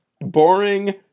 Boring